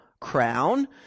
crown